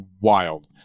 wild